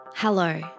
Hello